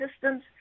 systems